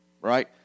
right